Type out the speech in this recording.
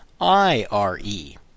I-R-E